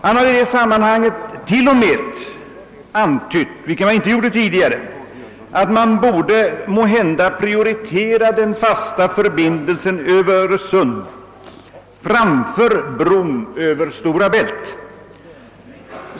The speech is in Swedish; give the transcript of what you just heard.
Han har i detta sammanhang t.o.m. antytt — vilket han inte gjorde tidigare — att man måhända borde prioritera den fasta förbindelsen över Öresund framför bron över Stora Bält.